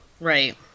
Right